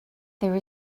there